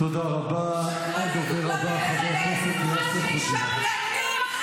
--- זאת הפיכה צבאית וניסיון לקחת שליטה על החלטות בזמן מלחמה.